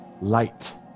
light